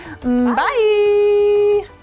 Bye